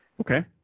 okay